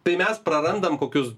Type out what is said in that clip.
tai mes prarandam kokius